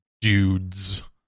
dudes